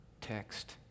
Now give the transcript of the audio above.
text